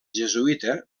jesuïta